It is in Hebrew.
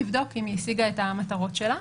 כדי לבדוק אם היא השיגה את המטרות שלה.